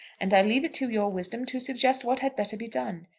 and i leave it to your wisdom to suggest what had better be done.